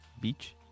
beach